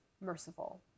merciful